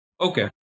Okay